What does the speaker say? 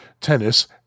tennis